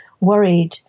worried